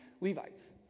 Levites